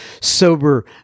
sober